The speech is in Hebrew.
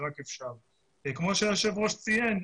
כמו שהיושב ראש ציין,